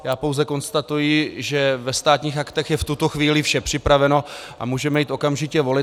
Já pouze konstatuji, že ve Státních aktech je v tuto chvíli vše připraveno a můžeme jít okamžitě volit.